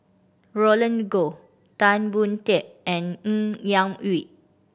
Roland Goh Tan Boon Teik and Ng Yak Whee